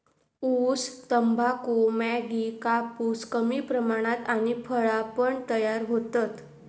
ऊस, तंबाखू, मॅगी, कापूस कमी प्रमाणात आणि फळा पण तयार होतत